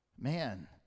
man